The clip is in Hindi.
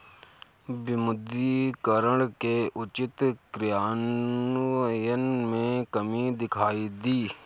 विमुद्रीकरण के उचित क्रियान्वयन में कमी दिखाई दी